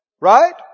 Right